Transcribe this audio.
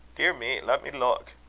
dear me! let me look.